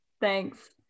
Thanks